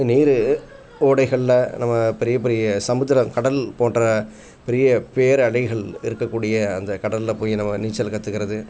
நீர் ஓடைகளில் நம்ம பெரியப் பெரிய சமுத்திரம் கடல் போன்ற பெரிய பேர் அலைகள் இருக்கக்கூடிய அந்த கடலில் போய் நம்ம நீச்சல் கற்றுக்கறது